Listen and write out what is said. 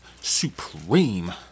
supreme